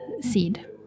seed